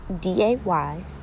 d-a-y